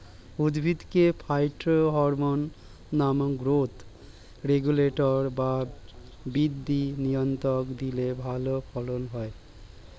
উদ্ভিদকে ফাইটোহরমোন নামক growth regulator বা বৃদ্ধি নিয়ন্ত্রক দিলে ভালো ফলন হয়